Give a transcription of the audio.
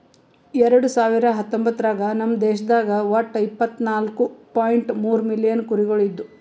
ಎರಡು ಸಾವಿರ ಹತ್ತೊಂಬತ್ತರಾಗ ನಮ್ ದೇಶದಾಗ್ ಒಟ್ಟ ಇಪ್ಪತ್ನಾಲು ಪಾಯಿಂಟ್ ಮೂರ್ ಮಿಲಿಯನ್ ಕುರಿಗೊಳ್ ಇದ್ದು